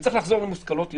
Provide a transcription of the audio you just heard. צריך לחזור למושכלות יסוד.